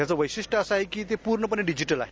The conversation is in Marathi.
त्याचं वैशिष्ट्य असं आहे की ते पूर्णपणे डिजिटल आहे